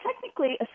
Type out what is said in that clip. technically